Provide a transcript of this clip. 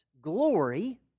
Glory